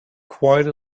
quite